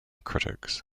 critics